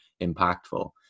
impactful